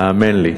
האמן לי.